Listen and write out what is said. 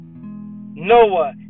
Noah